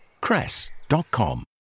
cress.com